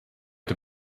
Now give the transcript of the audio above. der